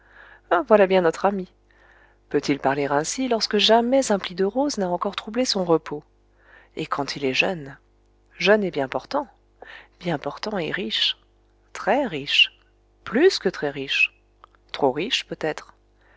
voilà bien notre ami peut-il parler ainsi lorsque jamais un pli de rose n'a encore troublé son repos et quand il est jeune jeune et bien portant bien portant et riche très riche plus que très riche trop riche peut-être